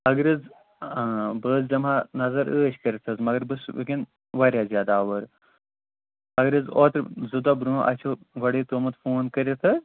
اگر حظ آ بہٕ حظ دِمہٕ ہا نظر عٲش کٔرِتھ حظ مگر بہٕ چھُس وٕنکیٛن واریاہ زیادٕ آوُر اگر حظ اوترٕ زٕ دۄہ برۄنٛہہ آسِہو گۄڈٕے تھومُت فون کٔرِتھ حظ